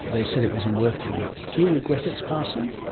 they said it wasn't working, do regret its passing?